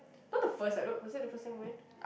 not the first I don't was that the first time we went